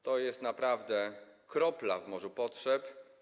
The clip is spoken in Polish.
To jest naprawdę kropla w morzu potrzeb.